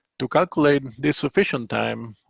to calculate and the sufficient time,